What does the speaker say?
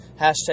hashtag